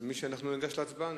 אנחנו ניגש להצבעה.